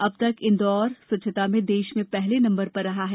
अब तक इंदौर स्वच्छता में देश में पहले नम्बर पर रहा है